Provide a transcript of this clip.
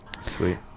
Sweet